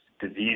disease